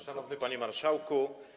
Szanowny Panie Marszałku!